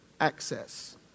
access